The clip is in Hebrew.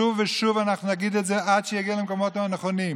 שוב ושוב אנחנו נגיד את זה עד שיגיע למקומות הנכונים: